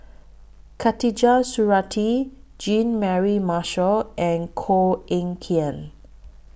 Khatijah Surattee Jean Mary Marshall and Koh Eng Kian